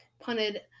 punted